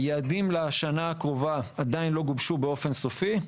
היעדים לשנה הקרובה עדיין לא גובשו באופן סופי.